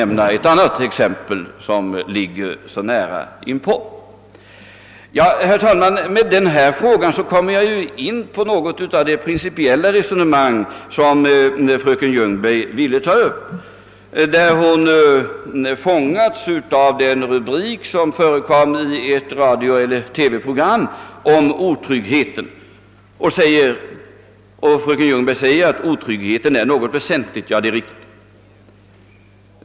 Måste vi inte också där försöka skapa nya sysselsättningstillfällen? Herr talman! Jag har med detta kommit in på en del av det principiella resonemang som fröken Ljungberg ville ta upp. Fröken Ljungberg hade fångats av rubriken till ett TV-program, »Den nya otryggheten», och hon sade ait otryggheten är något väsentligt. Ja, det är riktigt.